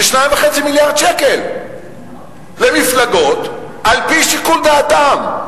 זה 2.5 מיליארד שקל למפלגות, על-פי שיקול דעתם.